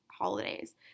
holidays